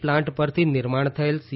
plant પરથી નિર્માણ થયેલ સી